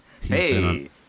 hey